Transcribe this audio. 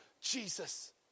Jesus